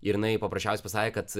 ir jinai paprasčiausiai pasakė kad